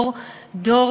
לדעת,